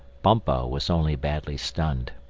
bumpo was only badly stunned.